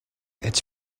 its